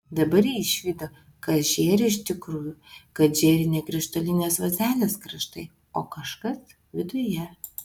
dabar ji išvydo kas žėri iš tikrųjų kad žėri ne krištolinės vazelės kraštai o kažkas viduje